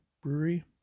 Brewery